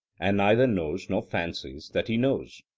and neither knows nor fancies that he knows.